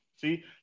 See